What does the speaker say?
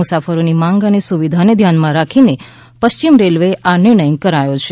મુસાફરોની માંગ અને સુવિધાને ધ્યાનમાં રાખીને પશ્ચિમ રેલવે દ્વારા આ નિર્ણય કરાયો છે